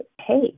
hey